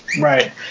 Right